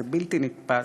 זה בלתי נתפס,